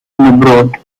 abroad